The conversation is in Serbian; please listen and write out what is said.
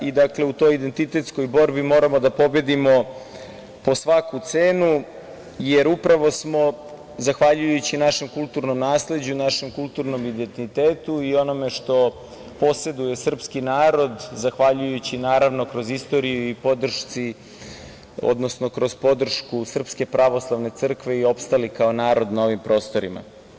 U toj identitetskoj borbi moramo da pobedimo po svaku cenu, jer upravo smo zahvaljujući našem kulturnom nasleđu, našem kulturnom identitetu i onome što poseduje srpski narod, zahvaljujući kroz istoriju, odnosno kroz podršku SPC i opstali kao narod na ovim prostorima.